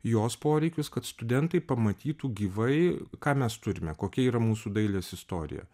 jos poreikius kad studentai pamatytų gyvai ką mes turime kokia yra mūsų dailės istorija